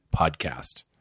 podcast